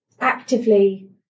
actively